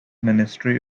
ministry